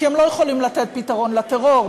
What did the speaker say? כי הם לא יכולים לתת פתרון לטרור.